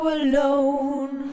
alone